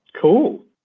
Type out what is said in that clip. Cool